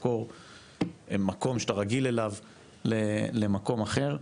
לעקור מקום שאתה רגיל אליו למקום אחר.